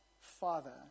Father